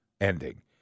ending